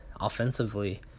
offensively